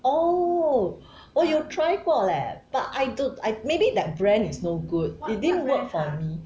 oh 我有 try 过 leh but I don't I maybe that brand is no good it didn't work for me